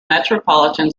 metropolitan